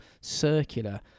circular